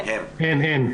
אין.